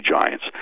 Giants